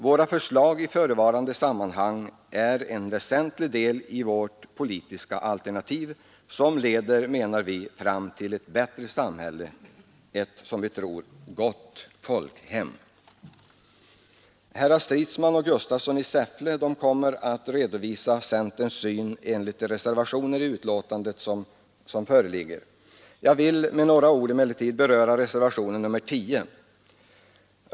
Våra förslag i det här sammanhanget är en väsentlig del av vårt politiska alternativ, som leder fram till ett bättre samhälle, ett, som vi tror, gott folkhem. Herrar Stridsman och Gustafsson i Säffle kommer att redovisa centerns syn på de reservationer som föreligger i betänkandet. Jag vill emellertid helt kort beröra reservationen 10.